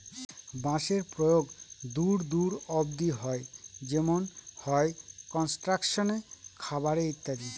বাঁশের প্রয়োগ দূর দূর অব্দি হয় যেমন হয় কনস্ট্রাকশনে, খাবারে ইত্যাদি